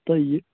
تۄہہِ یہِ